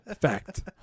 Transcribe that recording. Fact